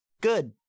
Good